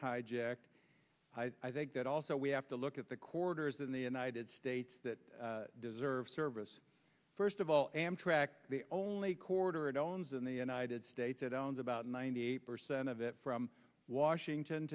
hijacked i think that also we have to look at the quarters in the united states that deserve service first of all amtrak the only quarter it owns in the united states it owns about ninety eight percent of it from washington